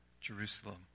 jerusalem